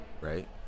right